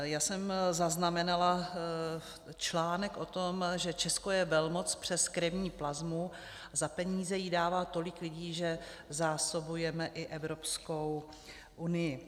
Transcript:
Já jsem zaznamenala článek o tom, že Česko je velmoc přes krevní plazmu, za peníze ji dává tolik lidí, že zásobujeme i Evropskou unii.